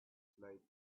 flight